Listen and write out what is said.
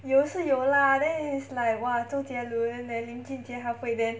有是有 lah then it's like what 周杰伦 then 林俊杰 halfway then